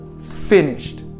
finished